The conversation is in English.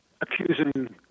accusing